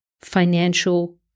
financial